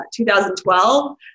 2012